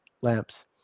lamps